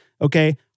Okay